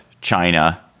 China